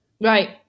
Right